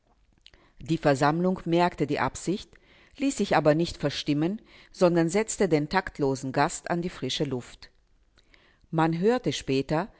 die versammlung merkte die absicht ließ sich aber nicht verstimmen sondern setzte den taktlosen gast an die frische luft man hörte später